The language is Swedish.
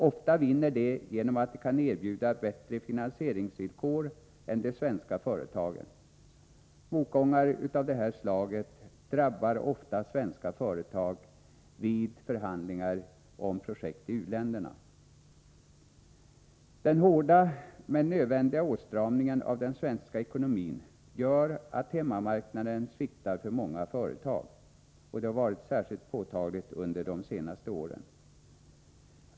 Ofta vinner de genom att de kan erbjuda bättre finansieringsvillkor än de svenska företagen. Motgångar av detta slag drabbar ofta svenska företag vid förhandlingar om projekt i u-länderna. Den hårda men nödvändiga åtstramningen av den svenska ekonomin gör att hemmamarknaden sviktar för många företag. Det har varit särskilt påtagligt under de senaste åren.